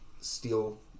steel